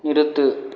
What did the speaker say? நிறுத்து